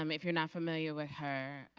um if you are not familiar with her.